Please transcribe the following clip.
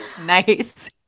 nice